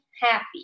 happy